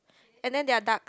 and then there're ducks